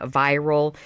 viral